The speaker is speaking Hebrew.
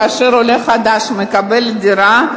כאשר עולה חדש מקבל דירה,